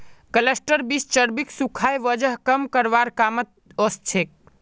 cluster beans चर्बीक सुखाए वजन कम करवार कामत ओसछेक